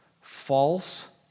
false